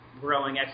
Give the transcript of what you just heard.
growing